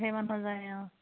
ধেৰ মানুহ যায় অঁ